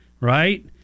right